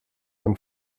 ein